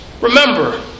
Remember